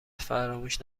فراموش